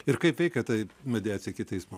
ir kaip veikia ta mediacija iki teismo